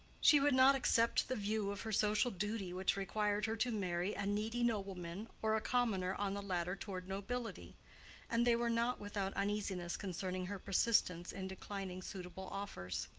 she would not accept the view of her social duty which required her to marry a needy nobleman or a commoner on the ladder toward nobility and they were not without uneasiness concerning her persistence in declining suitable offers.